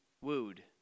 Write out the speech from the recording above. wooed